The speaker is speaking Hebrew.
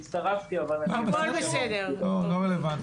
בסופו של דבר,